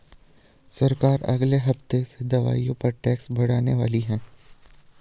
सरकार अगले हफ्ते से दवाइयों पर टैक्स बढ़ाने वाली है